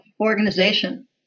organization